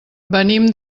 venim